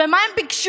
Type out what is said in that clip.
מה הם ביקשו?